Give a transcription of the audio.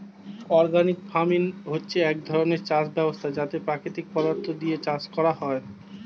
organic farming হচ্ছে এক ধরণের চাষ ব্যবস্থা যাতে প্রাকৃতিক পদার্থ দিয়ে চাষ করা হয়